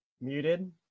Muted